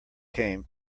came